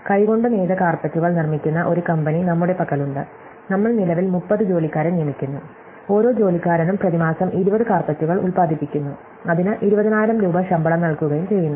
കൈകൊണ്ട് നെയ്ത കാര്പെറ്റുകൾ നിർമ്മിക്കുന്ന ഒരു കമ്പനി നമ്മുടെ പക്കലുണ്ട് നമ്മൾ നിലവിൽ 30 ജോലിക്കാരെ നിയമിക്കുന്നു ഓരോ ജോലിക്കാരനും പ്രതിമാസം 20 കാര്പെറ്റുകൾ ഉത്പാദിപ്പിക്കുന്നു അതിനു 20000 രൂപ ശമ്പളം നൽകുകയും ചെയ്യുന്നു